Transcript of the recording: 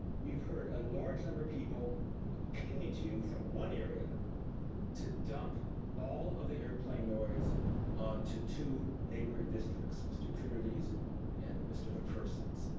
you've heard a large number of people appealing to you from one area to dump all of the airplane noise onto two neighboring districts mr. coonerty's and mr. mcpherson's.